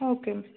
okay